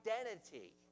identity